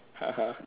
(uh huh)